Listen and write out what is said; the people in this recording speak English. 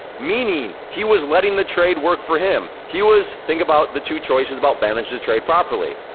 meaning he was letting the trade work for him. he was, think about the two choices about managing the trade properly.